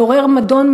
מעורר מדון,